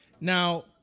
Now